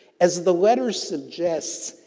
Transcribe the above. as the letter suggests,